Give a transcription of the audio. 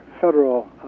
federal